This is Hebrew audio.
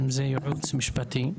אם זה ייעוץ משפטי.